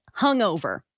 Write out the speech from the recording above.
hungover